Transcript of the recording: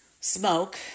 smoke